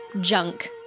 junk